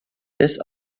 this